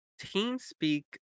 TeamSpeak